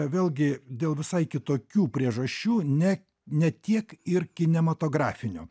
vėlgi dėl visai kitokių priežasčių ne ne tiek ir kinematografinių